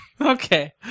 Okay